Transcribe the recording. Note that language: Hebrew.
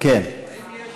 האם יש